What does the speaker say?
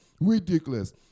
ridiculous